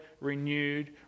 renewed